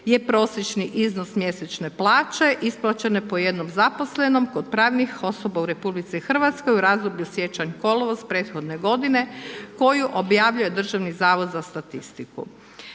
je prosječni iznos mjesečne plaće isplaćene po jednom zaposlenom kod pravnih osoba u RH, u razdoblju siječanj - kolovoz prethodne godine koju objavljuje državni zavod za statistiku.